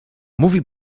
mówi